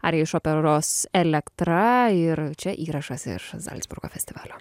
ar iš operos elektra ir čia įrašas iš zalcburgo festivalio